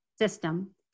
system